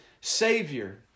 Savior